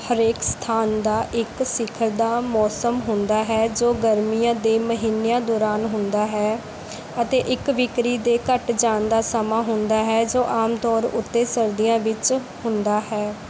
ਹਰੇਕ ਸਥਾਨ ਦਾ ਇੱਕ ਸਿਖਰ ਦਾ ਮੌਸਮ ਹੁੰਦਾ ਹੈ ਜੋ ਗਰਮੀਆਂ ਦੇ ਮਹੀਨਿਆਂ ਦੌਰਾਨ ਹੁੰਦਾ ਹੈ ਅਤੇ ਇੱਕ ਵਿਕਰੀ ਦੇ ਘੱਟ ਜਾਣ ਦਾ ਸਮਾਂ ਹੁੰਦਾ ਹੈ ਜੋ ਆਮ ਤੌਰ ਉੱਤੇ ਸਰਦੀਆਂ ਵਿੱਚ ਹੁੰਦਾ ਹੈ